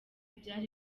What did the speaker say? byari